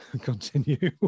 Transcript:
continue